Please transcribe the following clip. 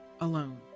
alone